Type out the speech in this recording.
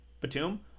Batum